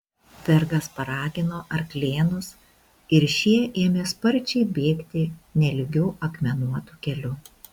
vergas paragino arklėnus ir šie ėmė sparčiai bėgti nelygiu akmenuotu keliu